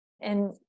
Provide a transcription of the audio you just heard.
And-